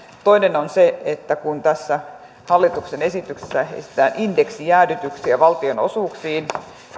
toinen on se että kun tässä hallituksen esityksessä esitetään indeksijäädytyksiä valtionosuuksiin